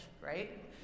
right